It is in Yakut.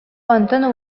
онтон